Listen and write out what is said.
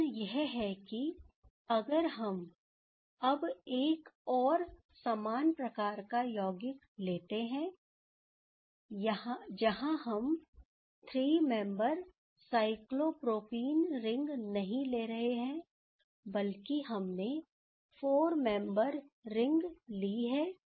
प्रश्न यह है कि अगर हम अब एक और समान प्रकार का यौगिक लेते हैं जहां हम 3 मेंबर साइक्लोप्रोपीन रिंग नहीं ले रहे हैं बल्कि हमने 4 मेंबर रिंग ली है